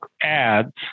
ads